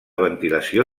ventilació